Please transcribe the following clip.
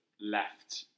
left